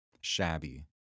shabby